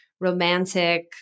romantic